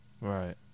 Right